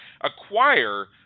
acquire